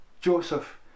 Joseph